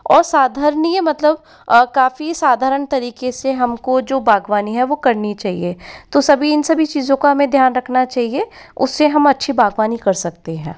और साधरणीय मतलब काफ़ी साधारण तरीके से हमको जो बाग़बानी है वो करनी चाहिए तो सभी इन सभी चीज़ों का हमें ध्यान रखना चाहिए उससे हम अच्छी बाग़बानी कर सकते हैं